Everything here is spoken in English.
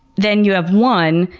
then you have one.